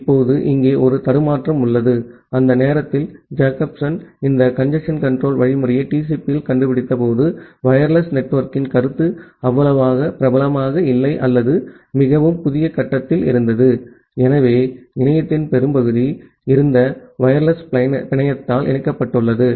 இப்போது இங்கே ஒரு தடுமாற்றம் உள்ளது அந்த நேரத்தில் ஜேக்கப்சன் இந்த கஞ்சேஸ்ன் கன்ட்ரோல் புரோட்டோகால்யை TCP யில் கண்டுபிடித்தபோது வயர்லெஸ் நெட்வொர்க்கின் கருத்து அவ்வளவு பிரபலமாக இல்லை அல்லது அது மிகவும் புதிய கட்டத்தில் இருந்தது ஆகவே இணையத்தின் பெரும்பகுதி இருந்தது கம்பி பிணையத்தால் இணைக்கப்பட்டுள்ளது